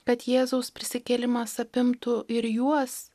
kad jėzaus prisikėlimas apimtų ir juos